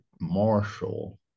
Marshall